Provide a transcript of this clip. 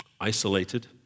isolated